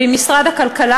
ועם משרד הכלכלה,